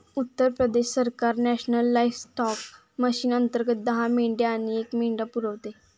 उत्तर प्रदेश सरकार national livestock mission अंतर्गत दहा मेंढ्या आणि एक मेंढा पुरवते